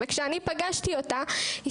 וכשאני פגשתי אותה,